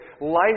life